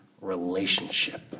relationship